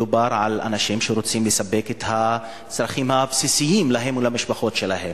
מדובר על אנשים שרוצים לספק את הצרכים הבסיסיים להם ולמשפחות שלהם.